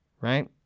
right